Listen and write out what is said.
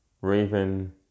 raven